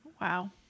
Wow